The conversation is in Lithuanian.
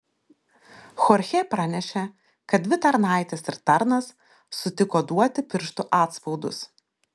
chorchė pranešė kad dvi tarnaitės ir tarnas sutiko duoti pirštų atspaudus